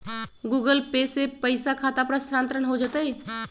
Google Pay से पईसा खाता पर स्थानानंतर हो जतई?